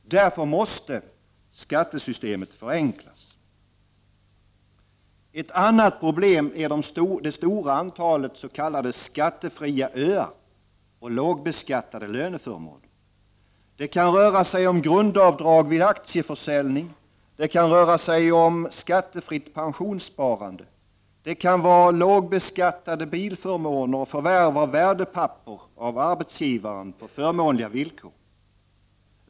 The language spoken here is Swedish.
Därför måste skattesystemet förenklas. Ett annat problem är det stora antalet s.k. skattefria öar och lågbeskattade löneförmåner. Det kan röra sig om grundavdrag vid aktieförsäljning och skattefritt pensionssparande. Det kan röra sig om lågbeskattade bilförmåner och förvärv av värdepapper av arbetsgivaren på förmånliga villkor.